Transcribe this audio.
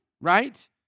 right